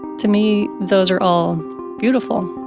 to me, those are all beautiful